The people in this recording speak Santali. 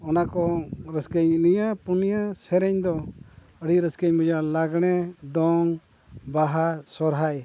ᱚᱱᱟᱠᱚ ᱨᱟᱹᱥᱠᱟᱹᱧ ᱯᱩᱱᱭᱟᱹ ᱥᱮᱨᱮᱧ ᱫᱚ ᱟᱹᱰᱤ ᱨᱟᱹᱥᱠᱟᱹᱧ ᱵᱩᱡᱟ ᱞᱟᱜᱽᱬᱮ ᱫᱚᱝ ᱵᱟᱦᱟ ᱥᱚᱦᱚᱨᱟᱭ